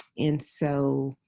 and so